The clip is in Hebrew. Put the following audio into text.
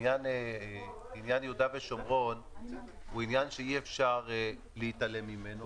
עניין יהודה ושומרון הוא עניין שאי-אפשר להתעלם ממנו.